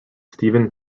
stephen